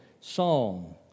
song